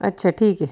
अच्छा ठीक आहे